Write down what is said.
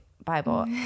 Bible